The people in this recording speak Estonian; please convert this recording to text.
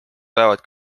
päevad